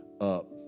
up